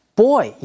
Boy